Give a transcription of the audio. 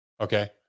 Okay